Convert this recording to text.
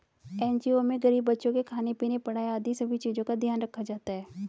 NGO में गरीब बच्चों के खाने पीने, पढ़ाई आदि सभी चीजों का ध्यान रखा जाता है